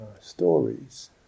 stories